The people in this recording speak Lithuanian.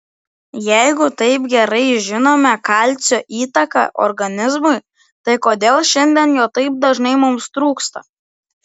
jeigu taip gerai žinome kalcio įtaką organizmui tai kodėl šiandien jo taip dažnai mums trūksta